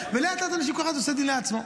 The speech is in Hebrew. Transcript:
ולאט-לאט כל אחד עושה דין לעצמו.